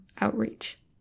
outreach